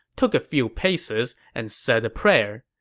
took a few paces, and said a prayer.